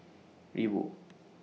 Reebok